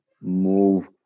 move